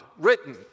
written